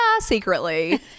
secretly